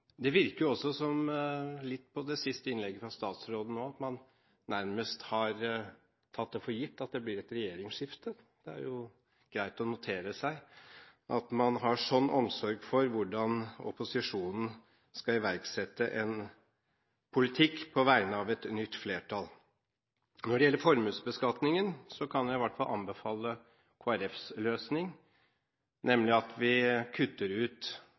Det virker – også litt på det siste innlegget fra statsråden – som om man nærmest har tatt for gitt at det blir et regjeringsskifte. Det er jo greit å notere seg at man har slik omsorg for hvordan opposisjonen skal iverksette en politikk på vegne av et nytt flertall. Når det gjelder formuesbeskatningen, kan jeg i hvert fall anbefale Kristelig Folkepartis løsning, nemlig at vi kutter ut formuesbeskatningen på den arbeidende kapital – med andre ord kutter ut